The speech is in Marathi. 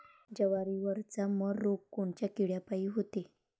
जवारीवरचा मर रोग कोनच्या किड्यापायी होते?